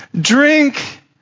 drink